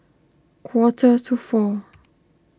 quarter to four